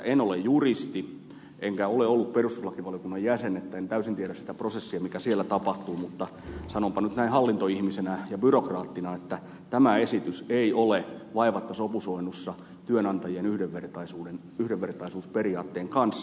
en ole juristi enkä ole ollut perustuslakivaliokunnan jäsen niin etten täysin tiedä sitä prosessia mitä siellä tapahtuu mutta sanonpa nyt näin hallintoihmisenä ja byrokraattina että tämä esitys ei ole vaivatta sopusoinnussa työnantajien yhdenvertaisuusperiaatteen kanssa